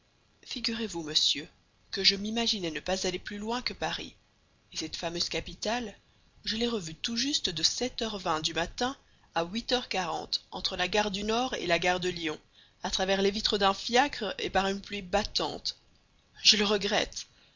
figurez-vous monsieur que je m'imaginais ne pas aller plus loin que paris et cette fameuse capitale je l'ai revue tout juste de sept heures vingt du matin à huit heures quarante entre la gare du nord et la gare de lyon à travers les vitres d'un fiacre et par une pluie battante je le regrette